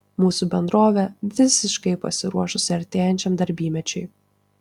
mūsų bendrovė visiškai pasiruošusi artėjančiam darbymečiui